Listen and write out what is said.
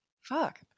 Fuck